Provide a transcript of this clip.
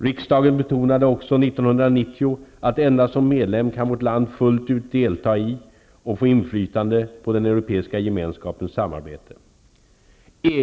Riksdagen betonade också 1990 att endast som medlem kan vårt land fullt ut delta i och få inflytande på Europeiska gemenskapens samarbete.